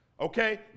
Okay